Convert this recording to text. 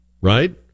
Right